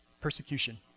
persecution